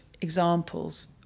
examples